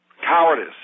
Cowardice